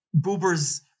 Buber's